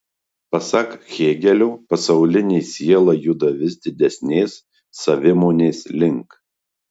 pasak hėgelio pasaulinė siela juda vis didesnės savimonės link